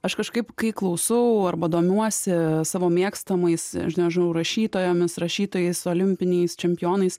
aš kažkaip kai klausau arba domiuosi savo mėgstamais aš nežinau rašytojomis rašytojais olimpiniais čempionais